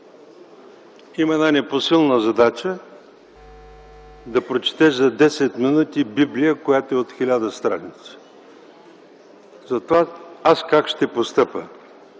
има една непосилна задача – да прочетеш за 10 минути библия, която е от 1000 страници. Затова аз как ще постъпя?